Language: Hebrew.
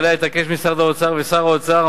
ועליה התעקשו משרד האוצר ושר האוצר.